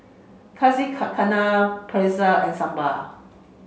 Yakizakana Pretzel and Sambar